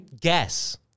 guess